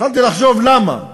התחלתי לחשוב למה.